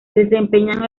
desempeñan